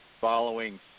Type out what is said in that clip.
following